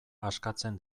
askatzen